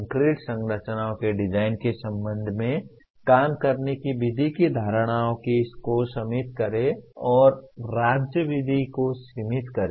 concrete संरचनाओं के design के संबंध में काम करने की विधि की धारणाओं को सीमित करें और राज्य विधि को सीमित करें